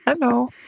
Hello